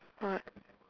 what